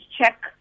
check